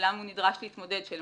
שמולם הוא נדרש להתמודד, אם